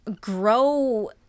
grow